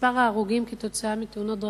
מספר ההרוגים כתוצאה מתאונות דרכים,